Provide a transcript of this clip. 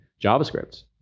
JavaScript